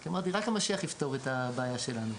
כי אמרתי שרק המשיח יפתור את הבעיה שלנו.